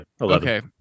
Okay